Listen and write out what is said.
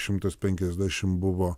šimtas penkiasdešimt buvo